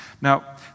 Now